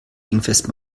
dingfest